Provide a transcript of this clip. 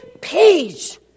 peace